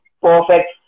perfect